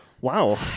Wow